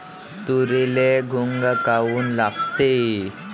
तुरीले घुंग काऊन लागते?